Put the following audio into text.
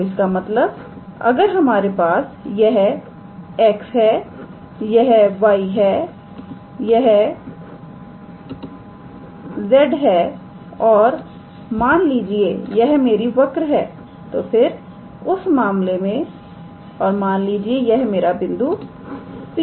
तोइसका मतलब अगर हमारे पास यह x है यह y है और यह z है और मान लीजिए कि यह मेरी वक्र है तो फिर उस मामले में और मान लीजिए यह मेरा बिंदु P है